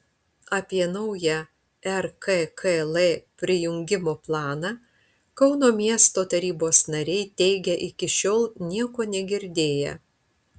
apie naują rkkl prijungimo planą kauno miesto tarybos nariai teigia iki šiol nieko negirdėję